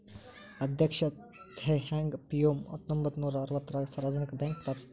ಅಧ್ಯಕ್ಷ Teh Hong Piow ಹತ್ತೊಂಬತ್ ನೂರಾ ಅರವತ್ತಾರಗ ಸಾರ್ವಜನಿಕ ಬ್ಯಾಂಕ್ ಸ್ಥಾಪಿಸಿದ